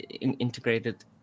integrated